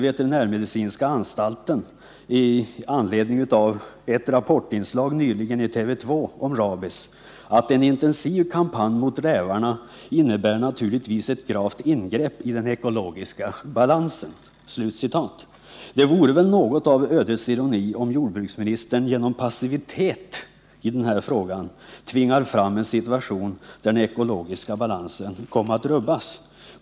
Veterinärmedicinska anstalten säger i anledning av ett Rapportinslag i TV 2 nyligen om rabies, att en intensiv kampanj mot rävarna naturligtvis innebär ett gravt ingrepp i den ekologiska balansen. Det vore väl något av ödets ironi om jordbruksministern genom passivitet i denna fråga tvingar fram en situation där den ekologiska balansen kommer att rubbas.